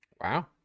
Wow